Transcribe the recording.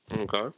Okay